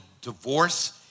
divorce